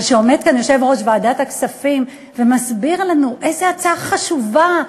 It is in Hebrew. אבל כשעומד כאן יושב-ראש ועדת הכספים ומסביר לנו איזו הצעה חשובה,